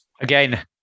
Again